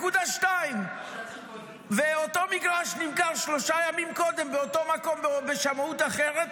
1.2. ואותו מגרש נמכר שלושה ימים קודם באותו מקום בשמאות אחרת,